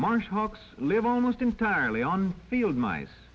marsh hawks live almost entirely on field mice